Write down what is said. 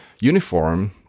uniform